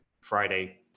Friday